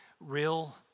Real